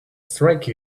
strike